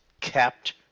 kept